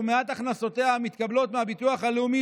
ומעט הכנסותיה מתקבלות מהביטוח הלאומי,